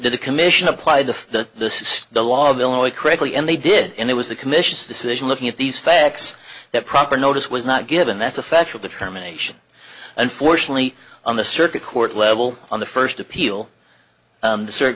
that the commission applied to this is the law of illinois correctly and they did and it was the commission's decision looking at these facts that proper notice was not given that's a factual determination unfortunately on the circuit court level on the first appeal